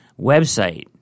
website